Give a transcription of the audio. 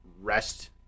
rest